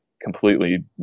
completely